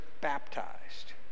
baptized